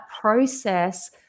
process